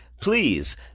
please